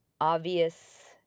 obvious